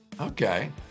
okay